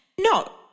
No